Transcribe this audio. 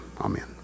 amen